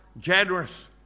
generous